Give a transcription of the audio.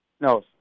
no